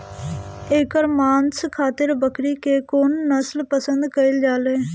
एकर मांस खातिर बकरी के कौन नस्ल पसंद कईल जाले?